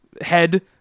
head